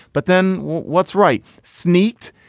but then what's right? sneaked.